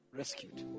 rescued